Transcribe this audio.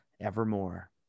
evermore